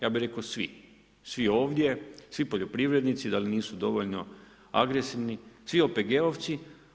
Ja bih rekao svi, svi ovdje, svi poljoprivrednici da li nisu dovoljno agresivni, svi OPG-ovci.